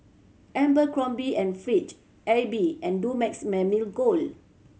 Abercrombie and Fitch Aibi and Dumex Mamil Gold